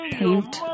paint